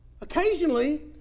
Occasionally